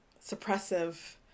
suppressive